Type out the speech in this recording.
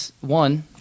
One